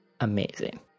amazing